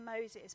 Moses